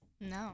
no